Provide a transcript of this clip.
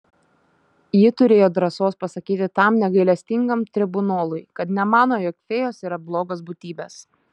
ji turėjo drąsos pasakyti tam negailestingam tribunolui kad nemano jog fėjos yra blogos būtybės